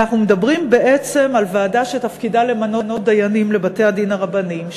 אלא אנחנו מדברים בעצם על ועדה שתפקידה למנות דיינים לבתי-הדין הרבניים,